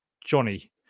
Johnny